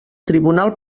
tribunal